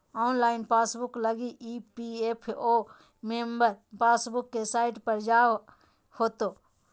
online passbook लगी EPFO member passbook के site पर जाय होतो